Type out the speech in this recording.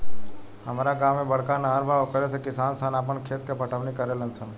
हामरा गांव में बड़का नहर बा ओकरे से किसान सन आपन खेत के पटवनी करेले सन